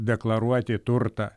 deklaruoti turtą